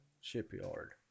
shipyard